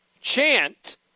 chant